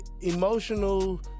emotional